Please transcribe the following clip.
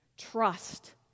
Trust